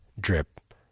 drip